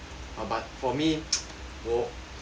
but for me 我